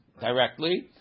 directly